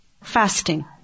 Fasting